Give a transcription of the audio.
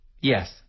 Yes